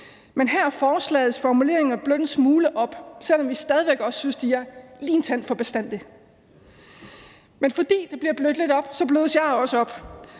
men her er forslagets formuleringer blødt en smule op, selv om vi stadig væk også synes, de er lige en tand for bastante. Men fordi det bliver blødt lidt op, blødes jeg også op,